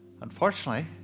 Unfortunately